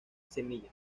semilla